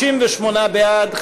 38 בעד,